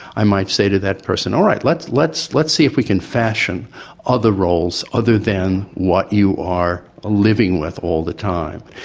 i might say to that person all right let's let's see if we can fashion other roles other than what you are living with all the time.